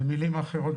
במילים אחרות,